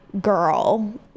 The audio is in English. girl